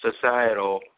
societal